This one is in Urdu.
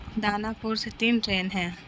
دانا پور سے تین ٹرین ہیں